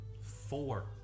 Four